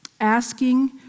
Asking